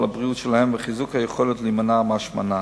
הבריאות שלהם וחיזוק היכולת להימנע מהשמנה.